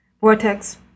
Vortex